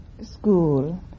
school